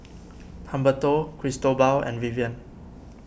Humberto Cristobal and Vivian